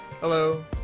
Hello